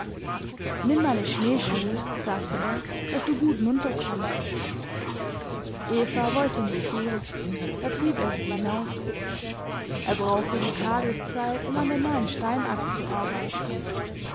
nimm meine schneeschuhe sagte er daß du gut nunterkommst eva wollte nicht gehen da trieb er sie hinaus er brauchte die tageszeit um an der neuen steinaxt zu arbeiten